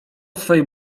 swej